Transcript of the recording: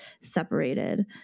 separated